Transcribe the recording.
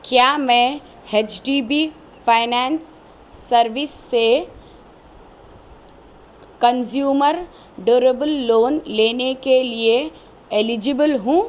کیا میں H T B finance service سے کنزیومر ڈیوروبل لون لینے کے لیے ایلیجبل ہوں